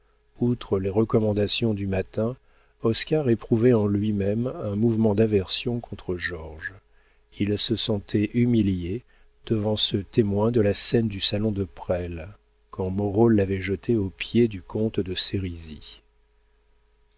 outre les recommandations du matin oscar éprouvait en lui-même un mouvement d'aversion contre georges il se sentait humilié devant ce témoin de la scène du salon de presles quand moreau l'avait jeté aux pieds du comte de